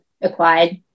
acquired